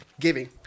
Giving